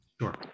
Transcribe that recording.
sure